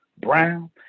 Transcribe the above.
brown